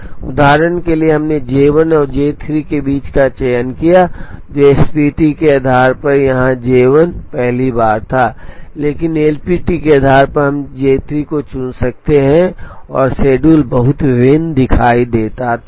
उदाहरण के लिए हमने J 1 और J 3 के बीच का चयन किया जो SPT के आधार पर यहां J 1 पहली बार था लेकिन LPT के आधार पर हम J 3 को चुन सकते थे और शेड्यूल बहुत भिन्न दिखाई देता था